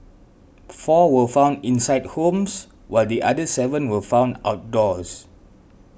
four were found inside homes while the other seven were found outdoors